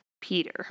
Peter